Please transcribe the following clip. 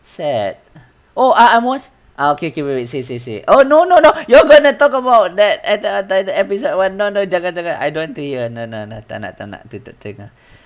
sad oh I I watch okay wait wait say say say oh no no no you gonna talk about that at that the episode one no no jangan jangan I don't want to hear no no tak nak tak nak aku tak dengar